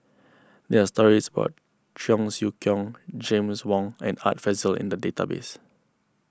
there are stories about Cheong Siew Keong James Wong and Art Fazil in the database